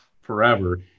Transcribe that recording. forever